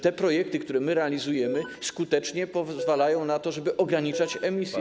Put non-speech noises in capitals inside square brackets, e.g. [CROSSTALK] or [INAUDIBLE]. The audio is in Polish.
Te projekty, które my realizujemy, [NOISE] skutecznie pozwalają na to, żeby ograniczać emisję.